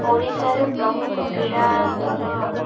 ଓଡ଼ିଶାରେ ପ୍ରମୁଖ କ୍ରୀଡ଼ା ଦଳ